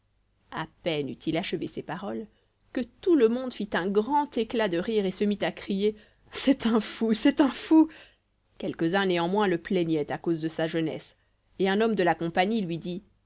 à peine eut-il achevé ces paroles que tout le monde fit un grand éclat de rire et se mit à crier c'est un fou c'est un fou quelques-uns néanmoins le plaignaient à cause de sa jeunesse et un homme de la compagnie lui dit